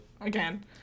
Again